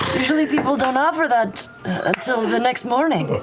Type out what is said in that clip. usually people don't offer that until the next morning. but